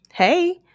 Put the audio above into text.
Hey